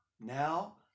Now